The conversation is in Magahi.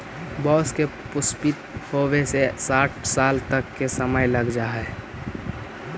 बाँस के पुष्पित होवे में साठ साल तक के समय लग जा हइ